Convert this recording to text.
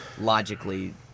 logically